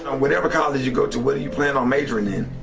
whatever college you go to, what do you plan on majoring in?